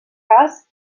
cas